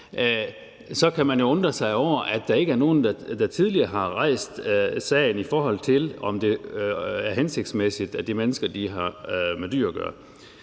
så kan man jo undre sig over, at der ikke er nogen, der tidligere har rejst sagen, i forhold til om det er hensigtsmæssigt, at de mennesker har med dyr at gøre.